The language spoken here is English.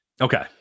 Okay